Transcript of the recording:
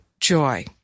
joy